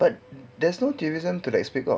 but there's no tourism to speak of